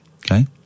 okay